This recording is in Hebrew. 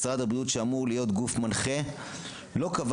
משרד הבריאות שאמור להיות גוף מנחה לא קבע